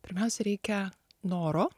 pirmiausia reikia noro